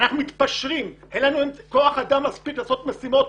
הם מתפשרים ואין להם כוח אדם מספיק למשימות.